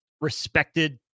respected